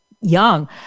young